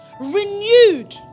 renewed